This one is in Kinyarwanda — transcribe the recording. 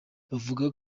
bavuga